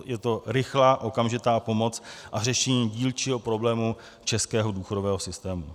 Je to rychlá okamžitá pomoc a řešení dílčího problému českého důchodového systému.